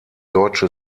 deutsche